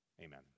Amen